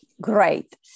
Great